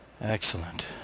Excellent